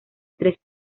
tres